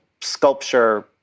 sculpture